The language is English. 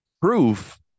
proof